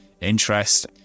interest